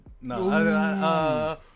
No